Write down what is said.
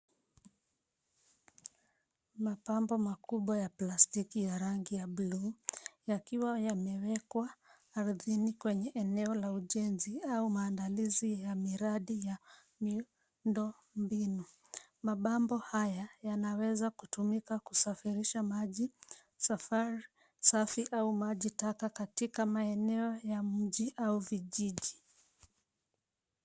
Mabomba makubwa ya plastiki ya rangi ya bluu yakiwa yamewekwa ardhini kwenye eneo la ujenzi au maadalizi ya miradi ya miundo mbinu. Mabomba haya yanaweza kutumika kusafirisha maji safi au maji taka katika maeneo ya mji au vijiji.